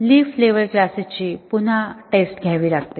leaf level क्लासेसची पुन्हा test घ्यावी लागते